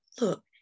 look